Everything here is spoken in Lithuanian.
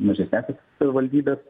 mažesnes savivaldybes